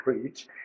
preach